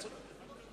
אתה צודק.